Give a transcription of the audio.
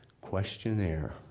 questionnaire